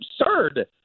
absurd